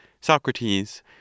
Socrates